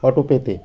অটোপেতে